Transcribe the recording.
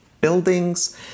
buildings